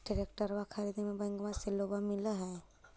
ट्रैक्टरबा खरीदे मे बैंकबा से लोंबा मिल है?